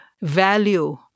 value